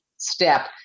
step